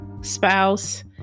Spouse